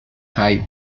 high